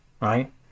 right